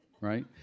right